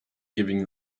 giving